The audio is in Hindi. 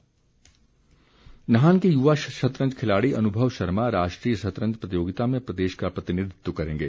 शतरंज नाहन के युवा शतरंज खिलाड़ी अनुभव शर्मा राष्ट्रीय शतरंज प्रतियोगिता में प्रदेश का प्रतिनिधित्व करेंगे